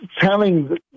telling